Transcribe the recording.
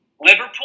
Liverpool